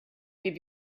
give